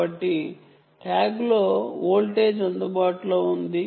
కాబట్టి ట్యాగ్లో వోల్టేజ్ అందుబాటులో ఉంది